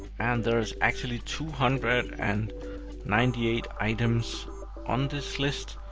and there's actually two hundred and ninety eight items on this list,